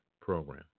program